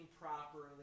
properly